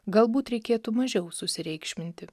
galbūt reikėtų mažiau susireikšminti